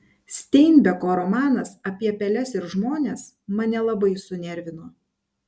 steinbeko romanas apie peles ir žmones mane labai sunervino